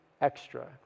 extra